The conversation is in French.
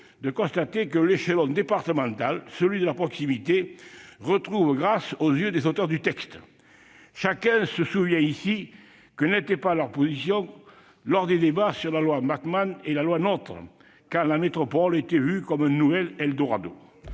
de constater que l'échelon départemental, celui de la proximité, retrouve grâce aux yeux des auteurs du texte. Chacun se souvient ici que telle n'était pas leur position lors des débats sur la loi Maptam et la loi NOTRe, car la métropole était vue comme un nouvel eldorado.